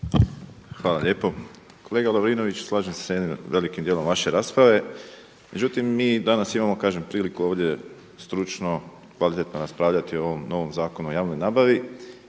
Hvala lijepo. Kolega Lovrinović, slažem se sa jednim velikim dijelom vaše rasprave, međutim mi danas imamo priliku ovdje stručno, kvalitetno raspravljati o ovom novom Zakonu o javnoj nabavi.